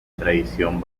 tradición